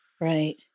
Right